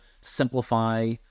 simplify